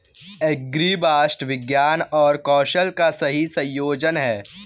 agribots विज्ञान और कौशल का सही संयोजन हैं